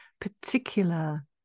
particular